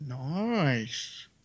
Nice